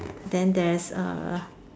then there's a